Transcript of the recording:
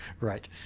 right